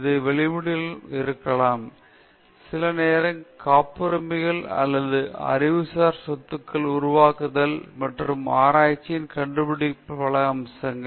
இது வெளியீடுகளின்படி இருக்கலாம் சிலநேரங்களில் காப்புரிமைகள் அல்லது அறிவுசார் சொத்துக்களை உருவாக்குதல் மற்றும் ஆராய்ச்சியின் கண்டுபிடிப்பின் பல அம்சங்கள்